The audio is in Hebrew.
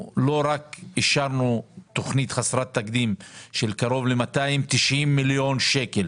אישרנו תכנית חסרת תקדים של קרוב ל-290 מיליון שקלים